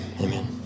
amen